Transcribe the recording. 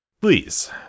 Please